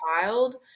child